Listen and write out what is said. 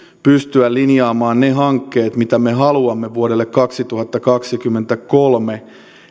pystyä linjaamaan ne hankkeet mitä me haluamme vuodelle kaksituhattakaksikymmentäkolme